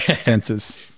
fences